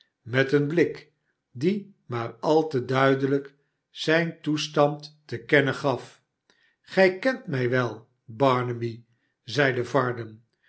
met een blik die maar al te duidelijk zijn toestand te kennen g a gij kent mij wel barnaby zeide varden